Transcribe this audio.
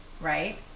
Right